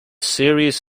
series